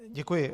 Děkuji.